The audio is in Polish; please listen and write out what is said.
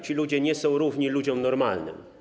Ci ludzie nie są równi ludziom normalnym.